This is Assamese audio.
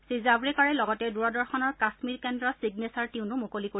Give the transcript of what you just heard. শ্ৰীজাভ্ৰেকাৰে লগতে দূৰদৰ্শনৰ কাশ্মীৰ কেন্দ্ৰৰ চিগনেচাৰ টিউনো মুকলি কৰিব